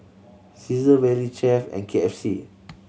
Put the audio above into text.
Cesar Valley Chef and K F C